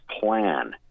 plan